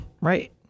Right